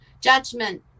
judgment